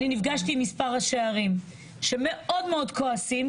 ואני נפגשתי עם מספר ראשי ערים שמאוד מאוד כועסים,